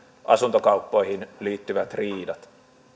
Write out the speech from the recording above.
asuntokauppoihin liittyvät riidat